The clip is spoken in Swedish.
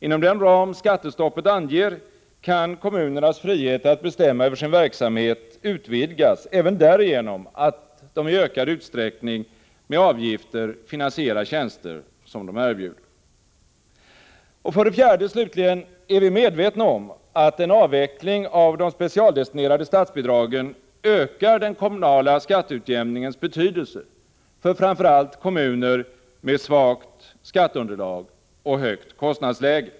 Inom den ram skattestoppet anger kan kommunernas frihet att bestämma över sin verksamhet utvidgas även därigenom att de i ökad utsträckning med avgifter finansierar tjänster som de erbjuder. För det fjärde, slutligen, är vi medvetna om att en avveckling av de specialdestinerade statsbidragen ökar den kommunala skatteutjämningens betydelse för framför allt kommuner med svagt skatteunderlag och högt kostnadsläge.